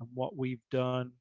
and what we've done